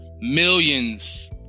millions